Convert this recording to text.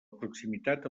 proximitat